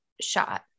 shot